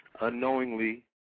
Unknowingly